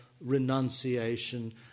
renunciation